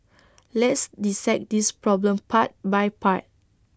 let's dissect this problem part by part